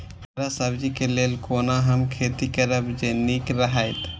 हरा सब्जी के लेल कोना हम खेती करब जे नीक रहैत?